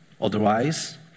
Otherwise